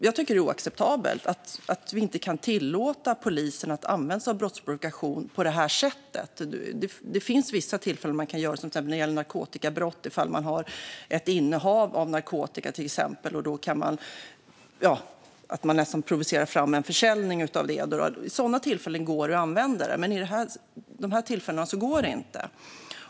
Jag tycker att det är oacceptabelt att vi inte kan tillåta polisen att använda sig av brottsprovokation på det här sättet. Det finns vissa tillfällen då man kan göra det, till exempel när det gäller narkotikabrott och innehav av narkotika. Då kan man nästan provocera fram en försäljning av narkotika. Vid sådana tillfällen går det att använda brottsprovokation, men vid sådana här tillfällen går det inte.